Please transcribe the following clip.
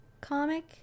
comic